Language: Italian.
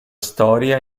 storia